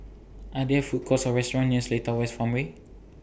Are There Food Courts Or restaurants near Seletar West Farmway